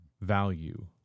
value